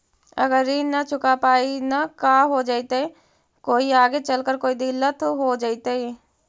अगर ऋण न चुका पाई न का हो जयती, कोई आगे चलकर कोई दिलत हो जयती?